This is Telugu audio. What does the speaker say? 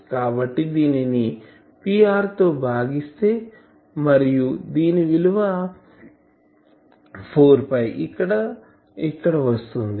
కాబట్టి దీనిని Pr తో భాగిస్తే మరియు దీని విలువ 4 ఇక్కడ కి వస్తుంది